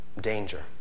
Danger